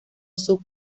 sub